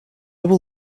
will